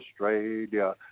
Australia